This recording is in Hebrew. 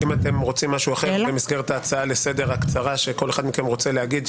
אם אתם רוצים משהו אחר במסגרת ההצעה לסדר הקצרה שכל אחד מכם רוצה להגיד,